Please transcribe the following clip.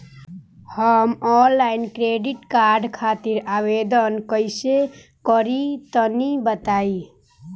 हम online credit card खातिर आवेदन कइसे करि तनि बताई?